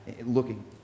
looking